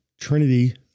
Trinity